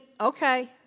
Okay